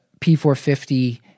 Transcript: P450